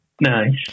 nice